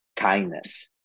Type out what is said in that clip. kindness